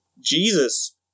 Jesus